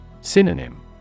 Synonym